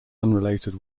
unrelated